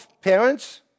parents